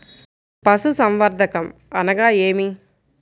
పశుసంవర్ధకం అనగా ఏమి?